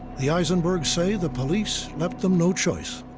the aisenbergs say, the police left them no choice.